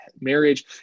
marriage